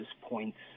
points